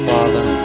Father